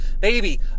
baby